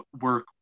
work